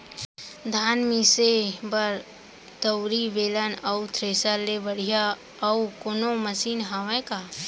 धान मिसे बर दउरी, बेलन अऊ थ्रेसर ले बढ़िया अऊ कोनो मशीन हावे का?